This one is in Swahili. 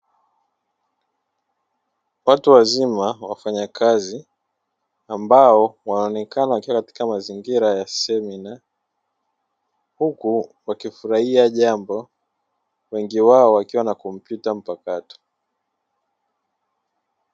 Watu wazima wafanyakazi ambao wanaonekana wakiwa katika mazingira ya semina, huku wakufurahia jambo wengi wao wakiwa na kompyuta mpakato.